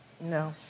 No